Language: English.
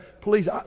please